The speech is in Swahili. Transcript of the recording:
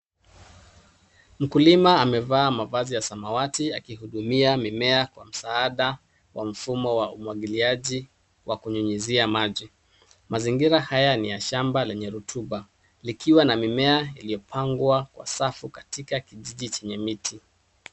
Mkulima amevaa mavazi ya samawati akihudumia mimea kwa msaada wa mfumo wa umwagiliaji wa kunyunyuzia maji. Mazingira haya ni ya shamba yenye rutuba likiwa na mimea iliyopangwa kwa safu katika kijiji chenye miti.